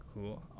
Cool